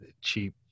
cheap